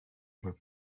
were